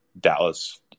Dallas